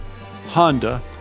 Honda